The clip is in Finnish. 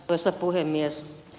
arvoisa puhemies